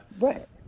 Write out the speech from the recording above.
right